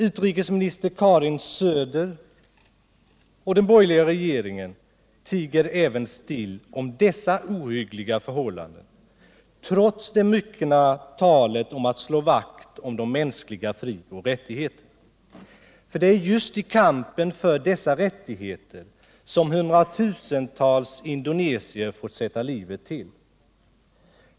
Utrikesminister Karin Söder och den borgerliga regeringen tiger också still om dessa ohyggliga förhållanden, trots det myckna talet om att slå vakt om de mänskliga frioch rättigheterna. Det är just i kampen för dessa rättigheter som hundratusentals indonesier fått sätta livet till.